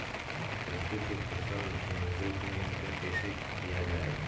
कददु की फसल में रोग नियंत्रण कैसे किया जाए?